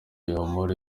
amore